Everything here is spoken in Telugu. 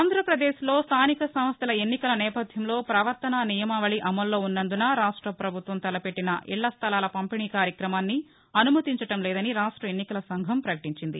ఆంధ్రప్రదేశ్లో స్టానికసంస్టల ఎన్నికల నేపధ్యంలో పవర్తనా నియమావళి అమల్లో ఉన్నందున రాష్టపభుత్వం తలపెట్టిన ఇళ్ళస్థలాల పంపిణీ కార్యక్రమాన్ని అనుమతించడంలేదని రాష్ట ఎన్నికల సంఘం ప్రకటించింది